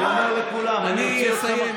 אני אוציא אתכם.